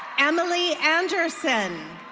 emily anderson.